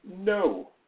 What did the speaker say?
No